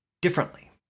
differently